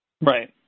Right